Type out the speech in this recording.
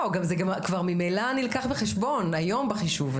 זה כבר ממילא נלקח בחשבון היום בחישוב,